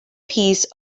piece